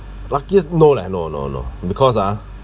luckiest no like no no no because ah